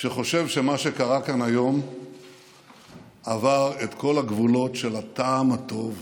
שחושב שמה שקרה כאן היום עבר את כל הגבולות של הטעם הטוב,